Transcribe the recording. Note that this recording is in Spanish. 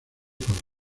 con